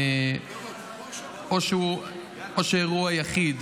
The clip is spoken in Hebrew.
או הורהו היחיד,